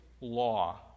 law